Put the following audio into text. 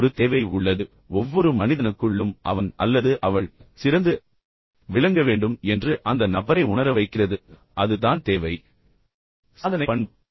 ஆனால் ஒரு தேவை உள்ளது என்று அவர் கூறுகிறார் ஒவ்வொரு மனிதனுக்குள்ளும் அவன் அல்லது அவள் சிறந்து விளங்க வேண்டும் என்று அந்த நபரை உணர வைக்கிறது அது தான் தேவை சாதனைப் பண்பு